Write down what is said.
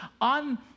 on